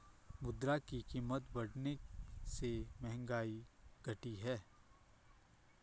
मुद्रा की कीमत बढ़ने से महंगाई घटी है